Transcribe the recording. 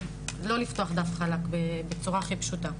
ולא לפתוח דף חלק, בצורה הכי פשוטה.